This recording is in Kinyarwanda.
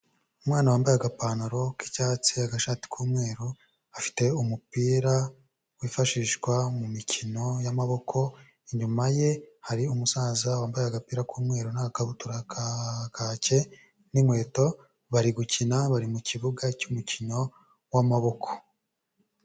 Umwana wambaye agapantaro k'icyatsi agashati k'umweru afite umupira wifashishwa mu mikino y'amaboko, inyuma ye hari umusaza wambaye agapira k'umweru n'akabutura ka kaki n'inkweto. Bari gukina bari mu kibuga cy'umukino w'amaboko.